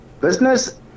business